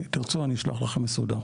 אם תרצו, אני אשלח לכם מסודר.